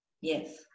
yes